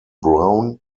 brown